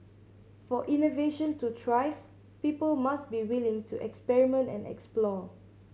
for innovation to thrive people must be willing to experiment and explore